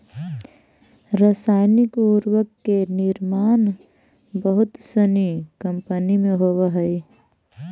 रसायनिक उर्वरक के निर्माण बहुत सनी कम्पनी में होवऽ हई